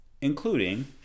including